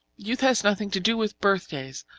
youth has nothing to do with birthdays,